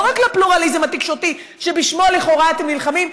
לא רק לפלורליזם התקשורתי שבשמו לכאורה אתם נלחמים,